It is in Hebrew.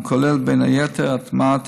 וכולל בין היתר הטמעת